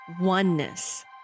oneness